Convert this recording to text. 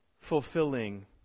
fulfilling